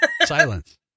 Silence